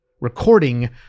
recording